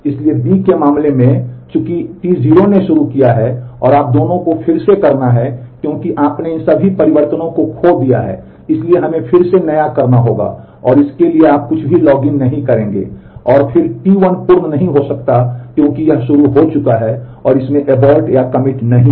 इसलिए b के मामले में चूँकि T0 ने शुरू किया है और आप दोनों को फिर से करना है क्योंकि आपने इन सभी परिवर्तनों को खो दिया है इसलिए हमें फिर से नया करना होगा और इसके लिए आप कुछ भी लॉग इन नहीं करेंगे और फिर T1 पूर्ण नहीं हो सकता क्योंकि यह शुरू हो चुका है और इसमें एबोर्ट नहीं है